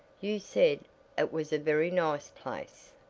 you said it was a very nice place.